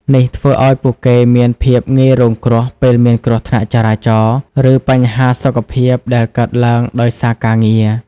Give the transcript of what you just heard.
នេះធ្វើឱ្យពួកគេមានភាពងាយរងគ្រោះពេលមានគ្រោះថ្នាក់ចរាចរណ៍ ឬបញ្ហាសុខភាពដែលកើតឡើងដោយសារការងារ។